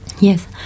Yes